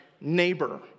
neighbor